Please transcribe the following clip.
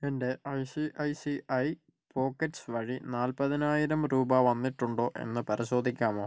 എൻ്റെ I C I C I pockets വഴി നാൽപ്പതിനായിരം രൂപ വന്നിട്ടുണ്ടോ എന്ന് പരിശോധിക്കാമോ